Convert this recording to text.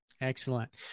Excellent